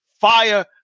fire